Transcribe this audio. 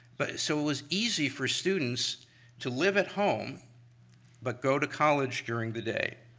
but so it was easy for students to live at home but go to college during the day.